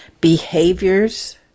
behaviors